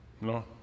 No